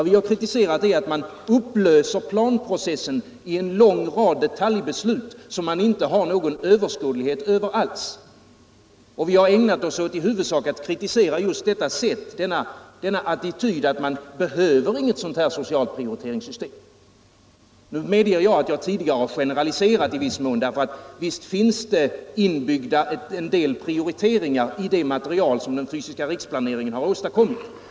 Vi har kritiserat att man upplöser planprocessen i en lång rad detaljbeslut, något som medför att överskådligheten helt uteblir. Vår kritik gäller i huvudsak attityden att man inte behöver något socialt prioriteringssystem. Jag medger att jag tidigare i viss mån generaliserat. Visst finns det en del prioriteringar i det material som den fysiska riksplaneringen åstadkommit.